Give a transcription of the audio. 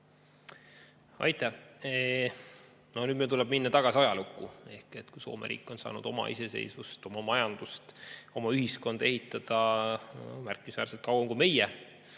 Aitäh! No nüüd tuleb minna tagasi ajalukku. Soome riik on saanud oma iseseisvust, oma majandust, oma ühiskonda ehitada märkimisväärselt kauem kui meie,